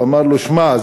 אמר לו: שמע,